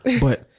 but-